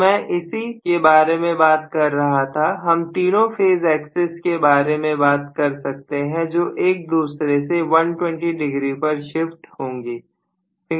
तो मैं इसी के बारे में बात कर रहा था हम तीनों फेज एक्सेस के बारे में बात कर सकते हैं जो एक दूसरे से 120 डिग्री पर शिफ्ट होंगी